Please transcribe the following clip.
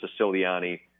Siciliani